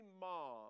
mom